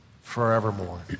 forevermore